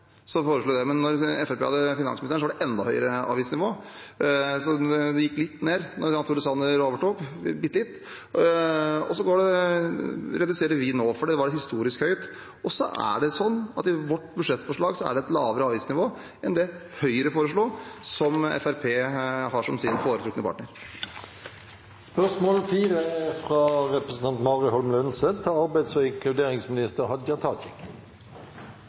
Men da Fremskrittspartiet hadde finansministeren, var det enda høyere avgiftsnivå. Det gikk litt ned da Jan Tore Sanner overtok – bitte litt – og så reduserer vi nå, for det var historisk høyt. I vårt budsjettforslag er det et lavere avgiftsnivå enn det Høyre foreslo, som Fremskrittspartiet har som sin foretrukne partner. Jeg tillater meg å stille følgende spørsmål til arbeids- og